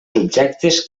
subjectes